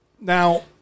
now